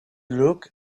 look